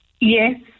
Yes